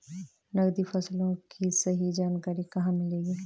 नकदी फसलों की सही जानकारी कहाँ मिलेगी?